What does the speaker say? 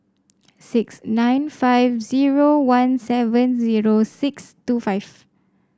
six nine five zero one seven zero six two five